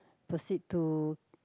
proceed to